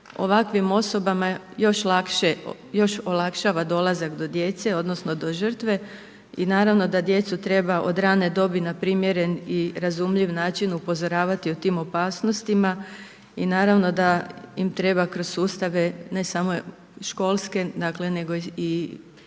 ovakvim osobama još olakšava dolazak do djece odnosno do žrtve i naravno da djecu treba od rane dobi na primjeren i razumljiv način upozoravati o tim opasnostima i naravno da im treba kroz sustave ne samo školske nego i